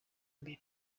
imbere